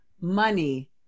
money